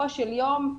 בסופו של יום,